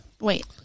Wait